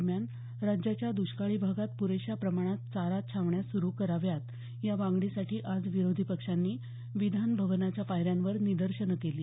दरम्यानराज्याच्या द्रष्कळी भागात पुरेशा प्रमाणात चारा छावण्या सुरू कराव्यात या मागणीसाठी आज विरोधी पक्षांनी विधान भवनाच्या पायऱ्यांवर निदर्शनं केली